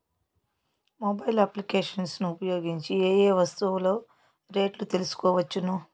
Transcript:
Mobile applications ను ఉపయోగించి ఏ ఏ వస్తువులు రేట్లు తెలుసుకోవచ్చును?